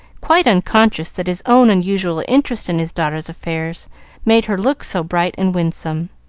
quite unconscious that his own unusual interest in his daughter's affairs made her look so bright and winsome.